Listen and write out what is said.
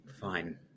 Fine